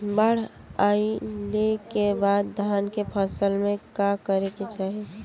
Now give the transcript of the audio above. बाढ़ आइले के बाद धान के फसल में का करे के चाही?